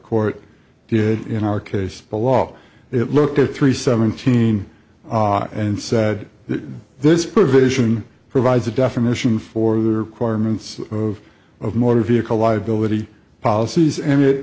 court did in our case the law it looked at three seventeen and said that this provision provides a definition for the choir mintz of of motor vehicle liability policies and it